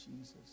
Jesus